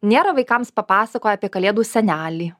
nėra vaikams papasakoję apie kalėdų senelį